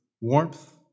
warmth